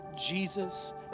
Jesus